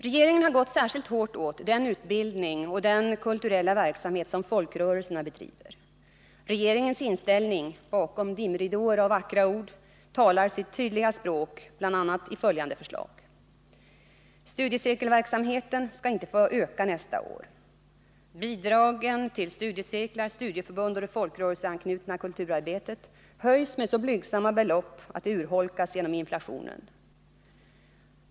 Regeringen har gått särskilt hårt åt den utbildning och den kulturella verksamhet som folkrörelserna bedriver. Regeringens inställning talar sitt tydliga språk — bakom dimridåer av vackra ord — bl.a. i följande förslag: Studiecirkelverksamheten skall inte få öka nästa år. kulturarbetet höjs med så blygsamma belopp att de urholkas genom inflationen.